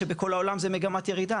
כשבכל העולם זה במגמת ירידה?